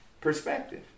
perspective